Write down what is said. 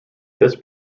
this